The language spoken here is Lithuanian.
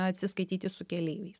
atsiskaityti su keleiviais